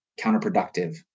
counterproductive